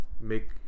make